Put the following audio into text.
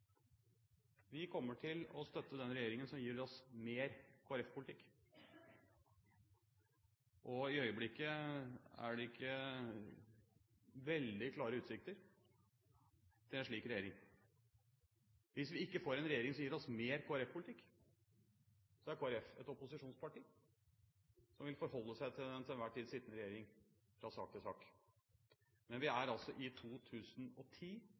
Vi kommer til å støtte den regjeringen som gir oss mer Kristelig Folkeparti-politikk. I øyeblikket er det ikke veldig klare utsikter til en slik regjering. Hvis vi ikke får en regjering som gir oss mer Kristelig Folkeparti-politikk, er Kristelig Folkeparti et opposisjonsparti som fra sak til sak vil forholde seg til den til enhver tid sittende regjering. Men vi er altså i 2010.